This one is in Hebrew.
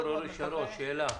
ד"ר אורי שרון, שאלה: